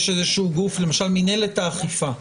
למשל, מינהלת האכיפה,